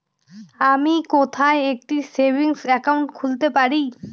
আমি কোথায় একটি সেভিংস অ্যাকাউন্ট খুলতে পারি?